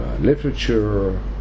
literature